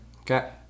Okay